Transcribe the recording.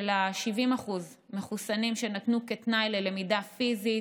70% מחוסנים שנתנו כתנאי ללמידה פיזית.